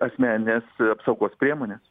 asmenines apsaugos priemones